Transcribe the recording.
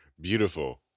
Beautiful